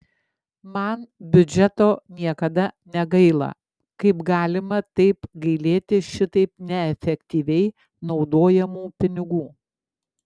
man biudžeto niekada negaila kaip galima taip gailėti šitaip neefektyviai naudojamų pinigų